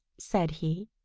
said he.